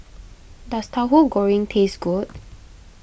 does Tauhu Goreng taste good